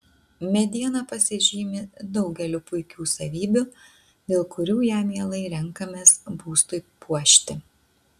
mediena pasižymi daugeliu puikių savybių dėl kurių ją mielai renkamės būstui puošti